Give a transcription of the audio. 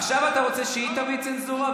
עכשיו אתה רוצה שהיא תביא צנזורה,